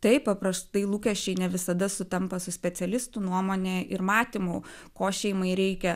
taip paprastai lūkesčiai ne visada sutampa su specialistų nuomone ir matymu ko šeimai reikia